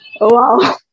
Wow